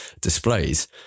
displays